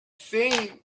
seen